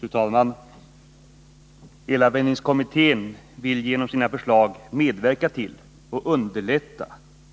Fru talman! Elanvändningskommittén vill genom sina förslag medverka till och underlätta